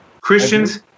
Christians